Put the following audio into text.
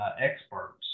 experts